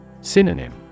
Synonym